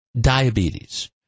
diabetes